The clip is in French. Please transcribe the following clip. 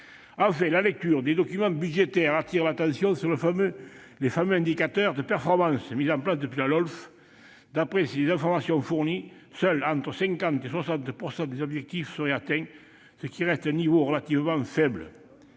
Enfin, la lecture des documents budgétaires attire l'attention sur les fameux indicateurs de performance, mis en place depuis l'adoption de la LOLF. D'après les informations fournies, entre 50 % et 60 % des objectifs seulement seraient atteints, ce qui reste un niveau relativement faible.